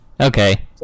Okay